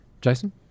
Jason